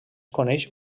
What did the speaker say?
coneix